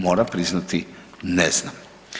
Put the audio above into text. Moram priznati ne znam.